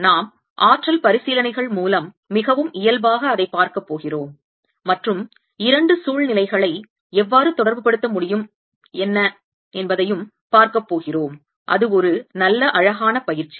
நாம் ஆற்றல் பரிசீலனைகள் மூலம் மிகவும் இயல்பாக அதை பார்க்க போகிறோம் மற்றும் இரண்டு சூழ்நிலைகளை எவ்வாறு தொடர்புபடுத்த முடியும் என்ன பார்க்க போகிறோம் அது ஒரு நல்ல அழகான பயிற்சி